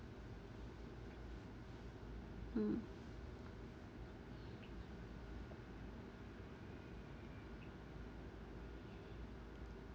mm